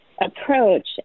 approach